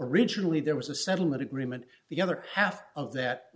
originally there was a settlement agreement the other half of that